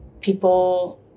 people